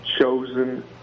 chosen